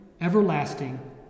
everlasting